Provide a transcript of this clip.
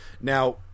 Now